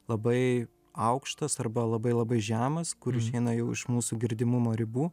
labai aukštas arba labai labai žemas kur išeina jau iš mūsų girdimumo ribų